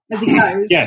Yes